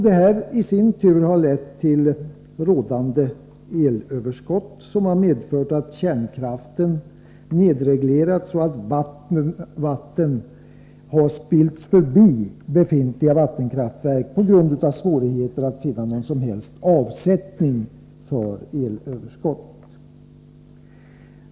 Detta har i sin tur lett till rådande elöverskott, som medfört att kärnkraften nedreglerats och vatten spillts förbi befintliga vattenkraftverk på grund av svårigheter att finna någon som helst avsättning för elöverskottet.